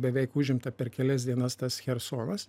beveik užimta per kelias dienas tas chersonas